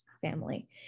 family